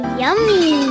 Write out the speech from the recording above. yummy